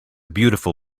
beautiful